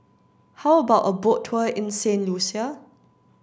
how about a boat tour in Saint Lucia